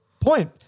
point